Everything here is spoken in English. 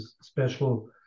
special